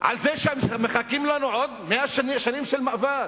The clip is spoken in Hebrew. על זה שמחכות לנו עוד 100 שנים של מאבק?